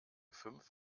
fünf